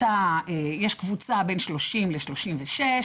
יש קבוצה בין 30 ל-36,